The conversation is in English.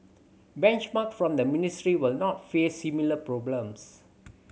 benchmark from the ministry will not face similar problems